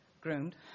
groomed